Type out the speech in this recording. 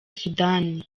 sudani